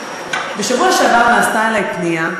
בשבוע שעבר הגיעה אלי פנייה,